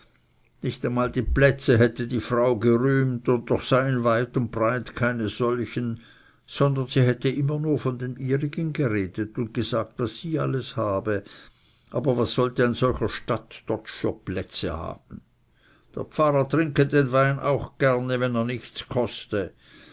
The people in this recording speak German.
nicht einmal die plätze hätte die frau gerühmt und doch seien weit und breit keine solchen sondern sie hätte immer nur von den ihrigen geredet und gesagt was sie alles habe aber was sollte ein solcher stadttotsch für plätze haben der pfarrer trinke den wein auch gerne wenn er nichts koste